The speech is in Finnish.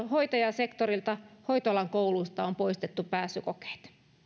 hoitajasektorilta hoitoalan kouluista on poistettu pääsykokeet